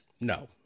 No